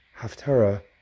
Haftarah